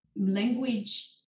language